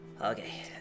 Okay